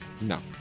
No